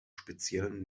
speziellen